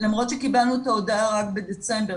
למרות שקיבלנו את ההודעה רק בדצמבר,